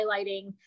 highlighting